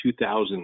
2000